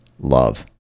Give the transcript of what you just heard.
Love